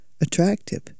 attractive